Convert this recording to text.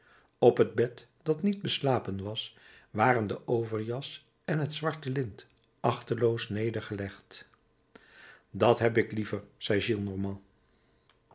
op het bed dat niet beslapen was waren de overjas en het zwarte lint achteloos nedergelegd dat heb ik liever zei